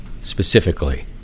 specifically